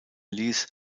ließ